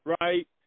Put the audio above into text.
right